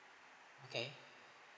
okay